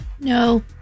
No